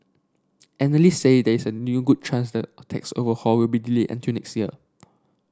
analyst say there is a new good chance the tax overhaul will be delayed until next year